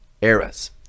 eras